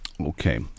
okay